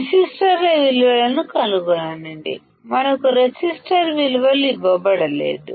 రెసిస్టర్ల విలువలను కనుగొనండి మనకు రెసిస్టర్ విలువలు ఇవ్వబడలేదు